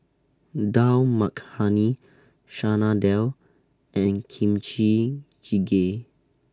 Dal Makhani Chana Dal and Kimchi Jjigae